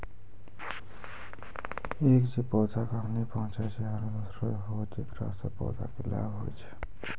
एक जे पौधा का हानि पहुँचाय छै आरो दोसरो हौ जेकरा सॅ पौधा कॅ लाभ होय छै